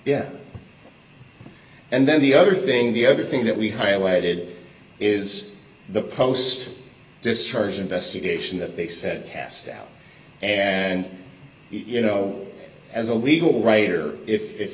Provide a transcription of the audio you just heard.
yet and then the other thing the other thing that we highlighted is the post discharge investigation that they said passed out and you know as a legal writer if